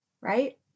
right